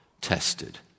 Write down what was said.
tested